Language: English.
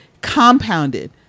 compounded